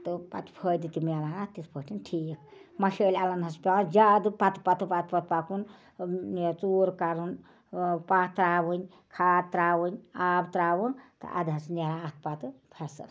تہٕ پتہٕ چھِ فٲیِدٕ تہِ مٮ۪لان اَتھ تِتھۍ پٲٹھۍ ٹھیٖک مَشٲلۍ اَلَن حظ چھِ پٮ۪وان زیادٕ پتہٕ پتہٕ پتہٕ پتہٕ پَکُن یہِ ژوٗر کَرُن پہہ تراوٕنۍ کھاد تراوٕنۍ آب تراوُن تہٕ اَدٕ حظ چھِ نٮ۪ران اَتھ پتہٕ فَصٕل